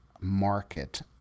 market